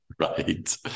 Right